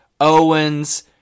Owens